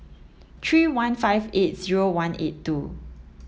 three one five eight zero one eight two